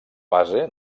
base